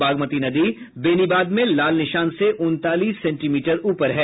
बागमती नदी बेनीबाद में लाल निशान से उनतालीस सेंटीमीटर ऊपर है